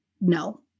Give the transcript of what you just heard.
no